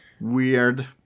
weird